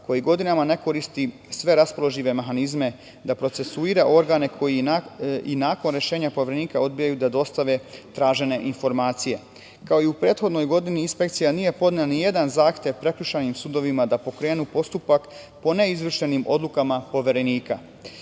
koji godinama ne koristi sve raspoložive mehanizme da procesuira organe koji i nakon rešenja Poverenika odbijaju da dostave tražene informacije. Kao i u prethodnoj godini, inspekcija nije podnela ni jedan zahtev prekršajnim sudovima da pokrenu postupak po ne izvršenim odlukama Poverenika. Drugo,